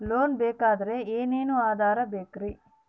Loan ಬೇಕಾದ್ರೆ ಏನೇನು ಆಧಾರ ಬೇಕರಿ?